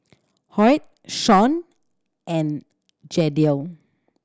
Hoyt Shawn and Jadiel